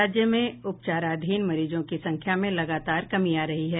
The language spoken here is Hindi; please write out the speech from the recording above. राज्य में उपचाराधीन मरीजों की संख्या में लगातार कमी आ रही है